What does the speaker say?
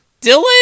Dylan